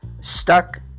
stuck